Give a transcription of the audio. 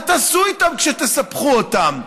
מה תעשו איתם כשתספחו אותם?